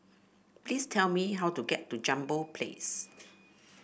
please tell me how to get to Jambol Place